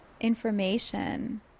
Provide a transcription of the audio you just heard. information